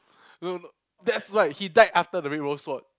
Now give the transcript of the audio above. no no that's right he died after the red rose sword